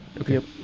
Okay